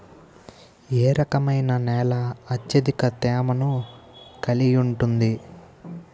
ఏ రకమైన నేల అత్యధిక తేమను కలిగి ఉంటుంది?